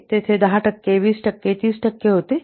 तर तेथे 10 टक्के 20 टक्के 30 टक्के होते